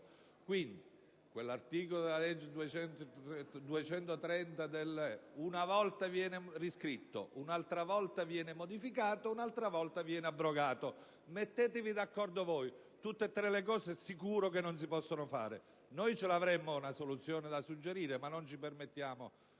Quindi, l'articolo 1 della legge n. 230 del 2005 una volta viene riscritto, un'altra volta viene modificato e un'altra volta ancora abrogato. Mettetevi d'accordo voi: tutte e tre le cose sicuramente non si possono fare. Noi avremmo una soluzione da suggerire, ma non ci permettiamo